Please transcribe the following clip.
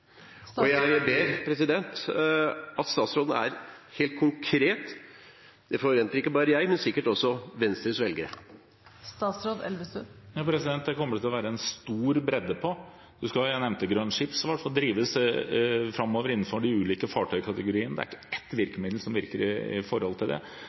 Jeg ber om at statsråden er helt konkret. Det forventer ikke bare jeg, men sikkert også Venstres velgere. Det kommer det til å være en stor bredde på. Jeg nevnte grønn skipsfart, som drives framover innenfor de ulike fartøykategoriene. Det er ikke ett virkemiddel som virker når det